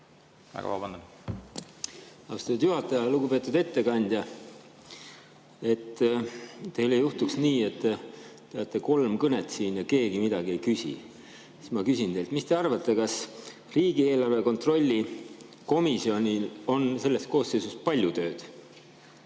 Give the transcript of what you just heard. Austatud juhataja! Lugupeetud ettekandja! Et teil ei juhtuks nii, et te peate kolm kõnet siin ja keegi midagi ei küsi, siis ma küsin teilt: mis te arvate, kas riigieelarve kontrolli komisjonil on selles koosseisus palju tööd?